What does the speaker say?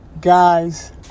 guys